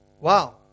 Wow